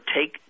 Take